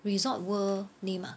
Resorts World name ah